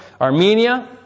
Armenia